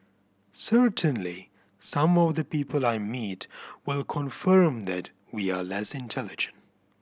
certainly some of the people I meet will confirm that we are less intelligent